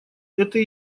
это